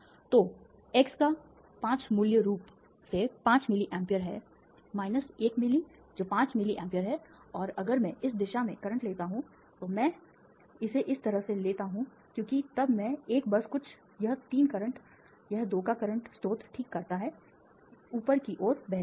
तो x का 5 मूल रूप से 5 मिलीए यह है 1 मिलीए जो 5 मिलीए है और अगर मैं इस दिशा में करंट लेता हूं तो मैं इसे इस तरह से लेता हूं क्योंकि तब मैं 1 बस कुछ यह 3 करंट यह 2 का करंट स्रोत ठीक करता है मिलिया ऊपर की ओर बह रही है